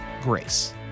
grace